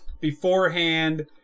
beforehand